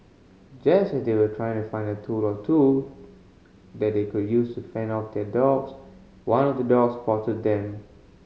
just as they were trying to find a tool or two that they could use to fend off the dogs one of the dogs spotted them